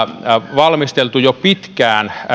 valmisteltu jo pitkään